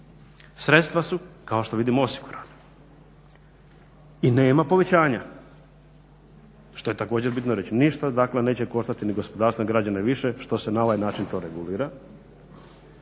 Sredstva su kao što vidimo osigurana i nema povećanja što je također bitno reći. Ništa dakle neće koštati ni gospodarstvo ni građane više što se na ovaj način to regulira,